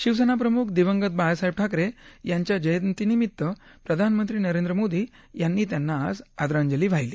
शिवसेनाप्रमुख दिवंगत बाळासाहेब ठाकरे यांच्या जयंती निमित्त प्रधानमंत्री नरेंद्र मोदी यांनी त्यांना आज आदरांजली वाहिली